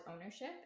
ownership